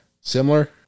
similar